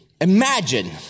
imagine